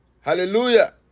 Hallelujah